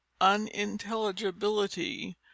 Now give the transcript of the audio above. unintelligibility